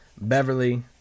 Beverly